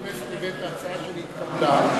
בכנסת הבאתי הצעה שנתקבלה,